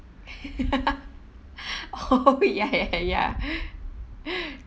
oh ya ya ya